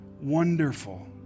wonderful